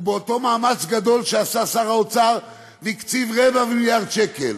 ובאותו מאמץ גדול שעשה שר האוצר והקציב רבע מיליארד שקל,